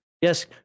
yes